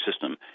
system